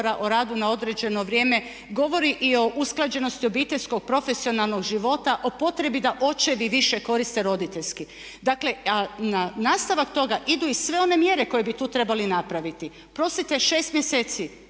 o radu na određeno vrijeme. Govori i o usklađenosti obiteljskog profesionalnog života, o potrebi da očevi koriste više roditeljski. Dakle, a na nastavak toga idu i sve one mjere koje bi tu trebali napraviti. Oprostite, 6 mjeseci